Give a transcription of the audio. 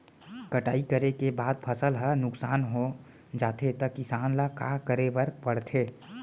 कटाई करे के बाद फसल ह नुकसान हो जाथे त किसान ल का करे बर पढ़थे?